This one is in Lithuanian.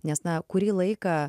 nes na kurį laiką